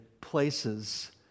places